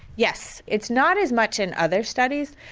yes, it's not as much in other studies,